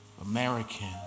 American